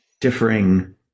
differing